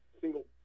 single